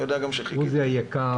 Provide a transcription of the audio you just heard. ברשות ידידי, עוזי היקר,